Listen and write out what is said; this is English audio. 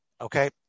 Okay